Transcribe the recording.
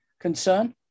concern